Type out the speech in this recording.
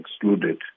excluded